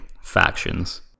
factions